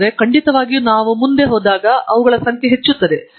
ಆದರೆ ಖಂಡಿತವಾಗಿ ನಾವು ಉದ್ದಕ್ಕೂ ಹೋಗುವಾಗ ಅವು ಸಂಖ್ಯೆಯಲ್ಲಿ ಹೆಚ್ಚುತ್ತಿವೆ